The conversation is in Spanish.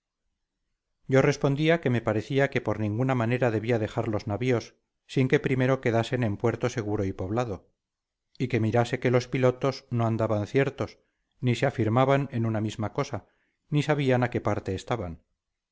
yo respondía que me parecía que por ninguna manera debía dejar los navíos sin que primero quedasen en puerto seguro y poblado y que mirase que los pilotos no andaban ciertos ni se afirmaban en una misma cosa ni sabían a qué parte estaban